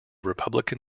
republican